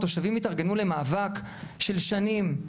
התושבים התארגנו למאבק של שנים.